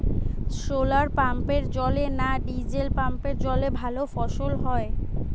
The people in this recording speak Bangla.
শোলার পাম্পের জলে না ডিজেল পাম্পের জলে ভালো ফসল হয়?